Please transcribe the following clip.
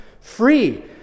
free